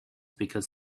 because